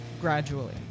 gradually